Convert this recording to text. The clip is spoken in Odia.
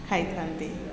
ଖାଇଥାନ୍ତି